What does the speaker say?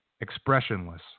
expressionless